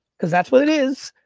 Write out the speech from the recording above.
cause that's what it is,